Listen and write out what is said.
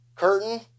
curtain